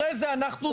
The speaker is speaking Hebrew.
מדבר סעיף 9?